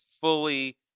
fully